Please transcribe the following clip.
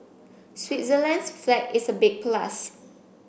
Switzerland's flag is a big plus